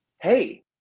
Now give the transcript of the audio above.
Hey